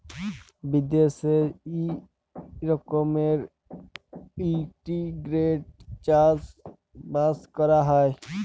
বিদ্যাশে ই রকমের ইলটিগ্রেটেড চাষ বাস ক্যরা হ্যয়